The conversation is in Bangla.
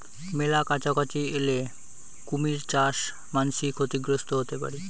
মেলা কাছাকাছি এলে কুমীর চাস মান্সী ক্ষতিগ্রস্ত হতে পারি